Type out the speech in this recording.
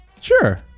Sure